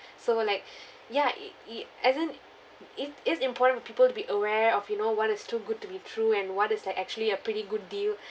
so like ya i~ i~ and then it it's important of people to be aware of you know what is too good to be true and what is like actually a pretty good deal